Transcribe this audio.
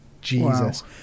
Jesus